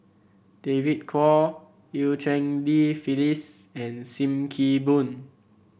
David Kwo Eu Cheng Li Phyllis and Sim Kee Boon